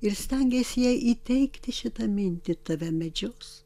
ir stengėsi jai įteigti šitą mintį tave medžios